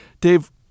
Dave